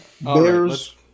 Bears